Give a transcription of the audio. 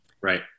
Right